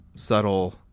Subtle